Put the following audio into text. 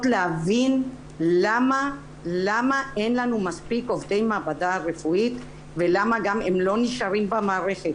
להבין למה אין לנו מספיק עובדי מעבדה רפואית ולמה גם הם לא נשארים במערכת.